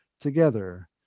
together